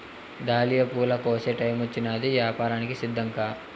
dahlia పూల కోసే టైమొచ్చినాది, యాపారానికి సిద్ధంకా